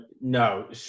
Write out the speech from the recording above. No